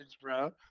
bro